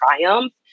triumph